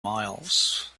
miles